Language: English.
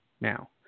Now